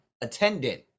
attendant